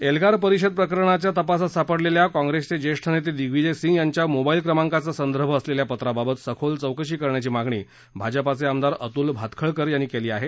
एल्गार परिषद प्रकरणाच्या तपासात सापडलेल्या काँग्रसचे ज्येष्ठ नेते दिग्विजय सिंग यांच्या मोबाईल क्रमांकाचा संदर्भ असलेल्या पत्राबाबत सखोल चौकशी करण्याची मागणी भाजपा आमदार आतूल भातखळकर यांनी केली आहे